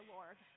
Lord